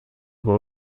voit